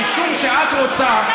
משום שאת רוצה,